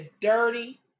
dirty